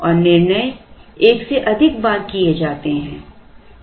और निर्णय एक से अधिक बार किए जाते हैं